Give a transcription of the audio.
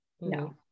No